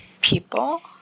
People